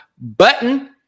button